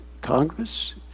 Congress